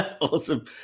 Awesome